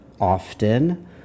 often